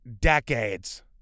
decades